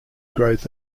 growth